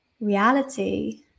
reality